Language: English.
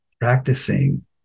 practicing